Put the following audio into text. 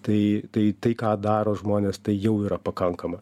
tai tai tai ką daro žmonės tai jau yra pakankama